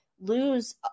lose